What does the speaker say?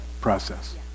process